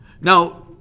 Now